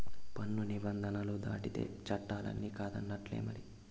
పన్ను నిబంధనలు దాటితే చట్టాలన్ని కాదన్నట్టే మరి